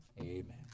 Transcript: Amen